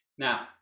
Now